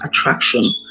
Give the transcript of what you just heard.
attraction